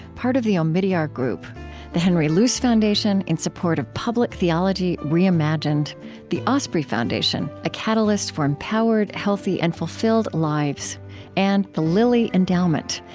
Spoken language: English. part of the omidyar group the henry luce foundation, in support of public theology reimagined the osprey foundation a catalyst for empowered, healthy, and fulfilled lives and the lilly endowment,